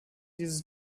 dieses